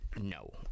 No